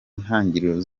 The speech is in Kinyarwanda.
ntangiriro